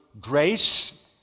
grace